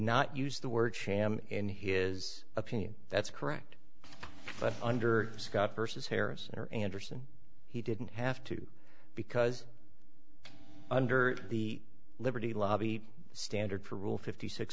not use the word sham in his opinion that's correct but under scott versus harrison or anderson he didn't have to because under the liberty lobby standard for rule fifty six